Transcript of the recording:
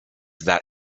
that